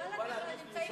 בל"ד נמצאים